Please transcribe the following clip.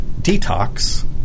detox